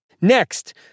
Next